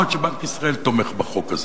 מה עוד שבנק ישראל תומך בחוק הזה,